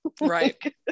right